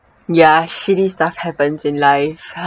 ya shitty stuff happens in life